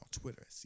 Twitter